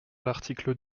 l’article